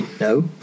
No